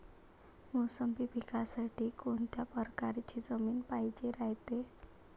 मोसंबी पिकासाठी कोनत्या परकारची जमीन पायजेन रायते?